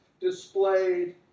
displayed